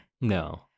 No